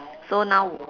so now